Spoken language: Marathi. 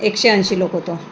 एकशे ऐंशी लोक होतो